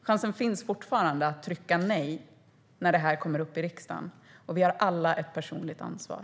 Chansen finns fortfarande att trycka på nej-knappen när det här kommer upp i riksdagen. Vi har alla ett personligt ansvar.